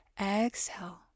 Exhale